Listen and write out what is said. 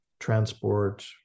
transport